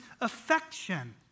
affection